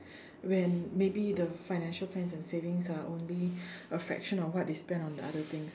when maybe the financial plans and savings are only a fraction of what they spend on the other things